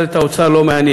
אבל את האוצר לא מעניין.